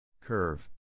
Curve